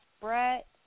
Brett